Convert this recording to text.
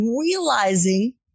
realizing